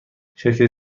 شرکت